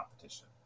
competition